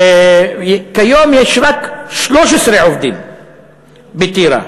כיום יש רק 13 עובדים בטירה.